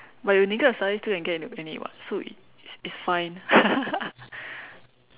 but you neglect your studies still can get into any what so it's it's fine